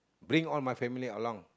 bring all my family along